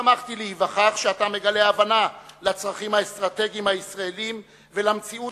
שמחתי להיווכח שאתה מגלה הבנה לצרכים האסטרטגיים הישראליים ולמציאות